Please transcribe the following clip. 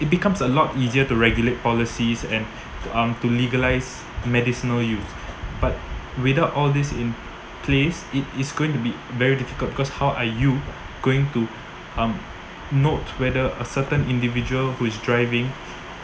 it becomes a lot easier to regulate policies and um to legalise medicinal use but without all these in place it is going to be very difficult because how are you going to um note whether a certain individual who is driving